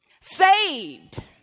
saved